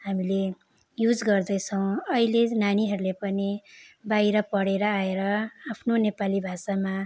हामीले युज गर्दैछौँ अहिले नानीहरूले पनि बाहिर पढेर आएर आफ्नो नेपाली भाषामा